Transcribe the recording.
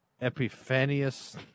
Epiphanius